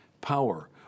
power